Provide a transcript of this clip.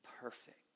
perfect